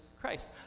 Christ